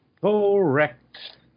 Correct